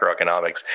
macroeconomics